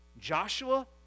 Joshua